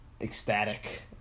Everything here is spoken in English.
ecstatic